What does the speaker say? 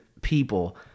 people